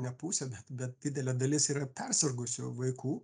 ne pusė bet bet didelė dalis yra persirgusių vaikų